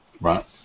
Right